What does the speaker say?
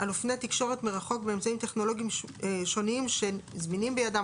על אופני תקשורת מרחוק באמצעים טכנולוגיים שונים שזמינים בידיהם,